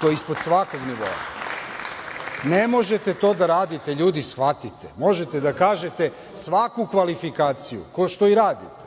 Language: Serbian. to je ispod svakog nivoa. Ne možete to da radite, ljudi, shvatite. Možete da kažete svaku kvalifikaciju, kao što i radite,